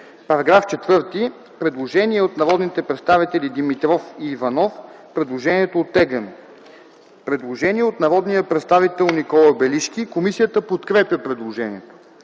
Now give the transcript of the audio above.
По § 4 има предложение от народните представители Димитров и Иванов. Предложението е оттеглено. Предложение от народния представител Никола Белишки. Комисията подкрепя предложението.